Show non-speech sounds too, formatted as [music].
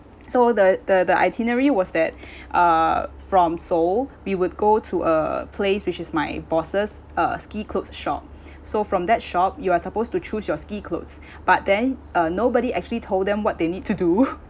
so the the the itinerary was that [breath] uh from seoul we would go to a place which is my boss' uh ski coats shop [breath] so from that shop you are supposed to choose your ski clothes [breath] but then uh nobody actually told them what they need to do [laughs]